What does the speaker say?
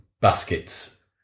baskets